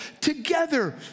together